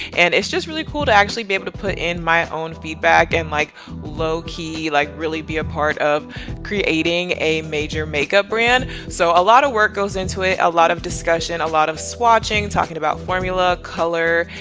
and it's just really cool to actually be able to put in my own feedback, and like low key, like really be a part of creating a major makeup brand. so a lot of work goes into it, a lot of discussion, a lot of swatching, talking about formula, color,